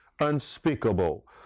unspeakable